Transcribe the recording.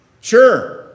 Sure